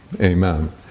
Amen